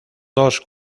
dos